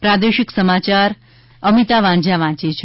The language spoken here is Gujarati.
પ્રાદેશિક સમાચાર અમિતા વાંઝા વાંચે છે